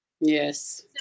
Yes